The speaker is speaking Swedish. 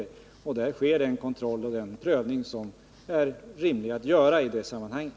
Där sker alltså den kontroll och den prövning som det är rimligt att göra i det sammanhanget.